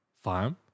Farm